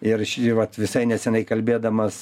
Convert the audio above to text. ir šį visai neseniai kalbėdamas